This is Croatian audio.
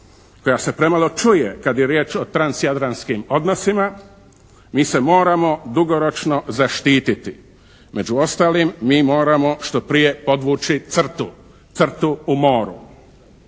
koja se premalo čuje kad je riječ o transjadranskim odnosima mi se moramo dugoročno zaštititi. Među ostalim mi moramo što prije podvući crtu, crtu u moru.